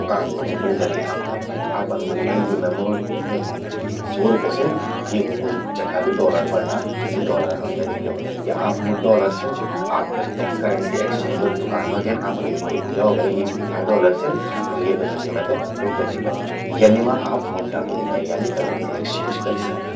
दुकान तमु मिलि जलि आपते। आपन ब्वोलि भई कि यो मेमु सौ रुप्या छिन, येकु कुछ जथ्या भी डॉलर बणंणां, सि डॉलर हमते दी द्यवा। या आपमू डॉलर छिन त आप तखि करेंसी एक्सचेंज वलि दुकान मां गेन, आपन ब्वोलि ल्यावा भई यि इथ्या डॉलर छिन अर येका ज्वो चि मेते रुप्या दी द्यवा। यनि मां आप मुद्रा विनिमय यानी करेंसी एक्सचेंज करि सकदन।